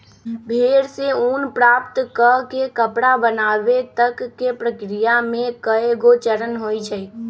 भेड़ से ऊन प्राप्त कऽ के कपड़ा बनाबे तक के प्रक्रिया में कएगो चरण होइ छइ